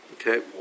Okay